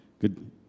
good